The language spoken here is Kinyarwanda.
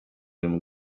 iyo